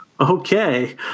Okay